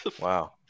Wow